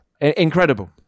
Incredible